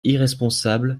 irresponsable